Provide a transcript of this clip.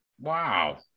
Wow